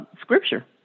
scripture